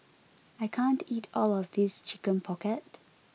I can't eat all of this chicken pocket